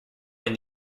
when